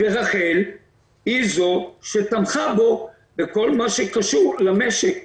ורח"ל היא זו שתמכה בו בכל מה שקשור למשק,